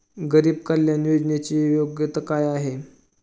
गरीब कल्याण योजनेची योग्यता काय आहे?